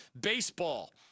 baseball